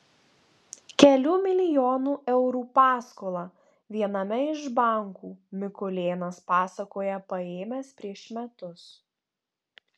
kelių milijonų eurų paskolą viename iš bankų mikulėnas pasakoja paėmęs prieš metus